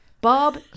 Bob